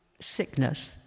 sickness